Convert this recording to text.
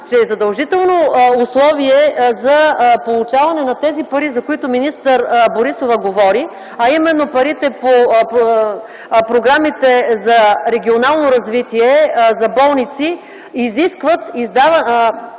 че задължително условие за получаване на тези пари, за които министър Борисова говори, а именно парите по програмите за регионално развитие на болници, изискват